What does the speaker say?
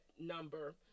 number